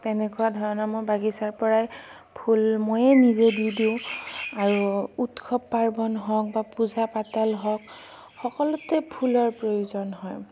তেনেকুৱা ধৰণৰ মোৰ বাগিচাৰ পৰাই ফুল ময়ে নিজে দি দিওঁ আৰু উৎসৱ পাৰ্বণ হওক বা পূজা পাতল হওক সকলোতে ফুলৰ প্ৰয়োজন হয়